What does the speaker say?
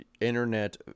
internet